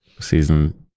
season